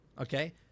Okay